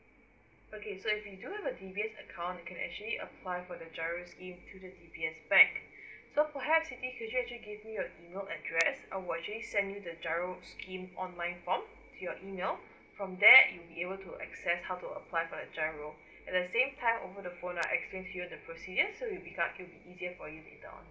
okay so if you do have a D_B_S account you can actually apply for the GIRO scheme through the D_S_B bank so perhaps siti could you actually give me your email address I will actually send you the GIRO scheme online form to your email from there you'll be able to access how to apply for the GIRO at the same time over the phone I'll explain to you the procedures so with regards it'll be easier for you later on